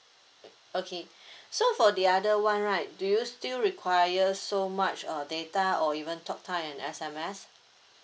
okay so for the other one right do you still require so much uh data or even talk time and S_M_S